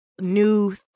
new